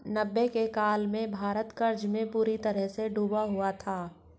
नब्बे के काल में भारत कर्ज में बुरी तरह डूबा हुआ था